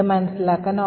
ഇത് മനസിലാക്കാൻ